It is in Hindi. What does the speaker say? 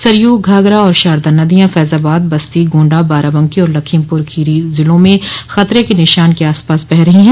सरयू घाघरा और शारदा नदियां फैजाबाद बस्ती गोंडा बाराबंकी और लखीमपूर खीरी जिलों में खतरे के निशान के आसपास बह रही हैं